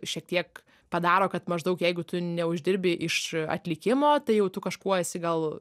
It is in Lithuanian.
šiek tiek padaro kad maždaug jeigu tu neuždirbi iš atlikimo tai jau tu kažkuo esi gal